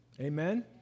Amen